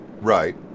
Right